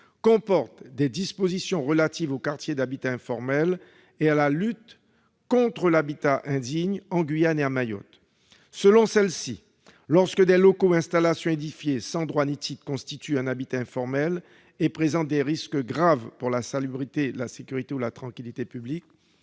comporte des dispositions relatives aux quartiers d'habitat informel et à la lutte contre l'habitat indigne en Guyane et à Mayotte. Aux termes de ces dispositions, lorsque des locaux ou installations édifiés sans droit ni titre constituent un habitat informel et présentent des « risques graves pour la salubrité, la sécurité ou la tranquillité publique